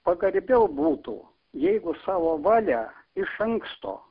pagarbiau būtų jeigu savo valia iš anksto